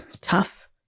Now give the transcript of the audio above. tough